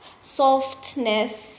Softness